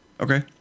Okay